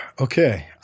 Okay